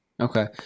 Okay